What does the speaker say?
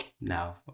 now